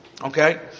Okay